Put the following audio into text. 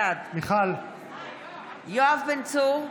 בעד יואב בן צור,